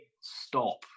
Stop